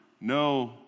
no